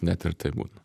net ir taip būna